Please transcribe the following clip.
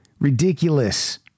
Ridiculous